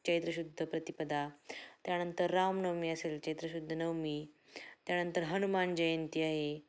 चैत्रशुद्ध प्रतिपदा त्यानंतर रामनवमी असेल चैत्रशुद्ध नवमी त्यानंतर हनुमान जयंती आहे